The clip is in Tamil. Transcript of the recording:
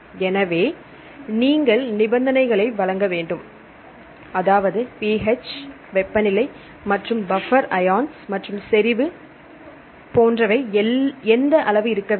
எனவே நீங்கள் நிபந்தனைகளை வழங்க வேண்டும் அதாவது pH வெப்பநிலை மற்றும் பஃபர் ஐயான்ஸ் மற்றும் செறிவு போன்றவை எந்த அளவு இருக்க வேண்டும்